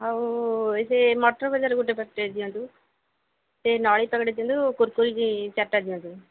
ଆଉ ସେ ମଟର୍ ଗୋଟେ ପ୍ୟାକେଟ୍ ଦିଅନ୍ତୁ ସେ ନଳି ପ୍ୟାକେଟ୍ ଟେ ଦିଅନ୍ତୁ କୁର୍କୁରେ ଚାରିଟା ଦିଅନ୍ତୁ